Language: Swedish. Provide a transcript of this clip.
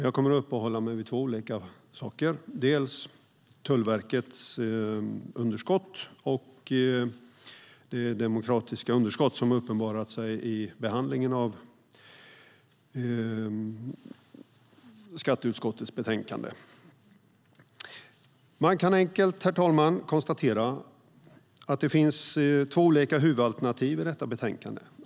Jag kommer att uppehålla mig vid två saker, dels Tullverkets underskott, dels det demokratiska underskott som har uppenbarat sig i behandlingen av skatteutskottets betänkande. Man kan enkelt konstatera, herr talman, att det finns två olika huvudalternativ i detta betänkande.